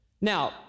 Now